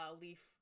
Leaf